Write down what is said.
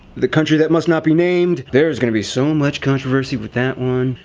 the country that must not be named, there's gonna be so much controversy with that one.